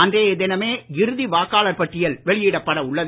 அன்றைய தினமே இறுதி வாக்காளர் பட்டியல் வெளியிடப்பட உள்ளது